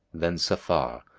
then safar,